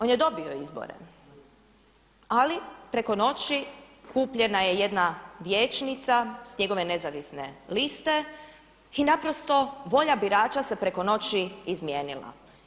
One je dobio izbore, ali preko noći kupljena je jedna vijećnica s njegove nezavisne liste i naprosto volja birača se preko noći izmijenila.